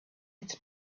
its